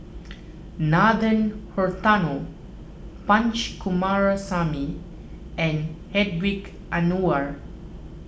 Nathan Hartono Punch Coomaraswamy and Hedwig Anuar